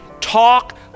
Talk